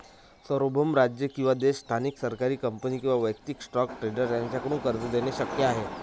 सार्वभौम राज्य किंवा देश स्थानिक सरकारी कंपनी किंवा वैयक्तिक स्टॉक ट्रेडर यांच्याकडून कर्ज देणे शक्य आहे